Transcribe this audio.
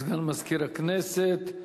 סגן מזכירת הכנסת.